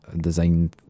design